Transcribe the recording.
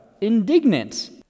indignant